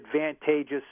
advantageous